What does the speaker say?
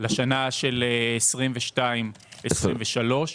לשנים 2022 ו-2023.